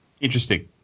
Interesting